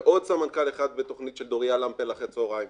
ועוד סמנכ"ל אחד בתוכנית של דוריה למפל אחר הצהריים,